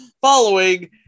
following